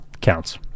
counts